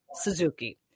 Suzuki